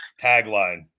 tagline